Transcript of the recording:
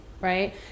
right